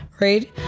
right